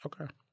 Okay